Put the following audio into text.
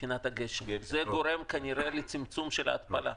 זה, כנראה, גורם לצמצום של ההתפלה.